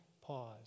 pause